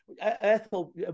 Ethel